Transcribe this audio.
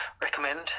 Recommend